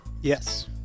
yes